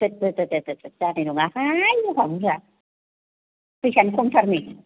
दोद दोद दोद दोद दोद जानाय नङाहाय एफा बुरजा फैसायानो खमथार नै